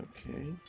Okay